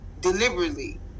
deliberately